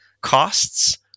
costs